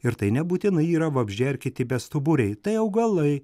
ir tai nebūtinai yra vabzdžiai ar kiti bestuburiai tai augalai